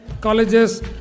colleges